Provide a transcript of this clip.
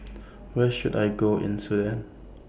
Where should I Go in Sudan